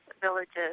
villages